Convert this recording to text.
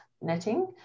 netting